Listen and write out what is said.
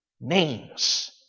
Names